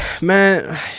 Man